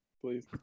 please